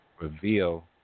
reveal